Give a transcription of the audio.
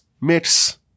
mix